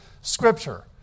scripture